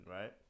right